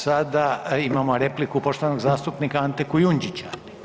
Sada imamo repliku poštovanog zastupnika Ante Kujundžića.